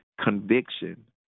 conviction